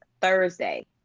thursday